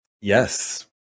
Yes